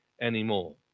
anymore